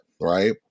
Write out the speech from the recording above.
right